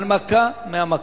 הנמקה מהמקום.